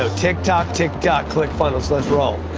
so tick tock, tick tock. click funnels, let's roll!